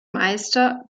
meister